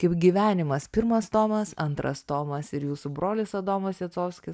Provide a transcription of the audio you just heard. kaip gyvenimas pirmas tomas antras tomas ir jūsų brolis adomas jacovskis